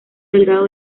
delgado